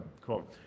cool